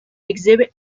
exhibit